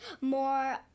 more